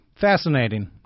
fascinating